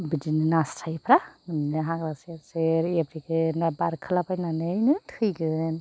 बिदिनो नास्रायफ्रा बिदिनो हाग्रा सेर सेर एब्रेगोन ना बारखोलाबायनानै थैगोन